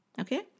Okay